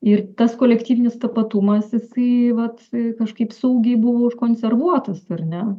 ir tas kolektyvinis tapatumas jisai vat kažkaip saugiai buvo užkonservuotas ar ne